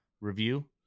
review